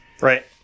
Right